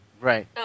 Right